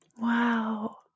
Wow